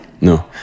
No